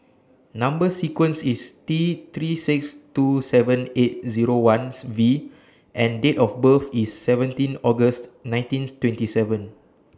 Number sequence IS T three six two seven eight Zero Ones V and Date of birth IS seventeen August nineteen twenty seven